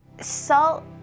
Salt